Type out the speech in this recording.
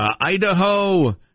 Idaho